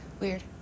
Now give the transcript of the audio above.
weird